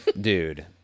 Dude